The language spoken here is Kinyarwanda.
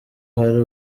hari